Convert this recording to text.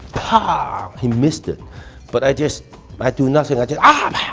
ah he missed it but i just i do nothing i just ah, pow,